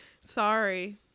Sorry